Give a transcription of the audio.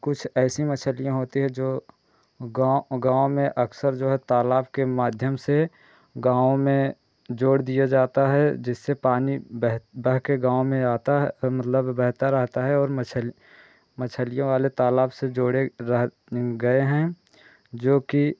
कुछ ऐसी मच्छलियाँ होती हैं जो गाँव गाँव में अक्सर जो है तालाब के माध्यम से गाँव में जोड़ दिया जाता है जिससे पानी बह बह के गाँव में आता है मतलब बहता रहता है और मच्छल मच्छलियों वाले तालाब से जोड़े रह गए हैं जोकि